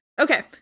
Okay